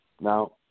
Now